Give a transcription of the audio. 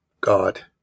God